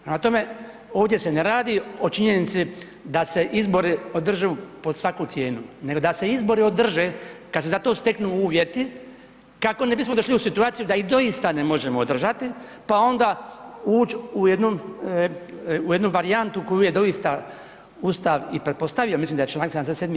Prema tome, ovdje se ne radi o činjenici da se izbori održe pod svaku cijenu nego da se izbori održe kad se za to steknu uvjeti, kako ne bismo došli u situaciju da ih doista ne možemo održati pa onda ući u jednu varijantu koju je doista Ustav i pretpostavio, mislim da je čl. 77.